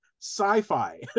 sci-fi